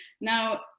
Now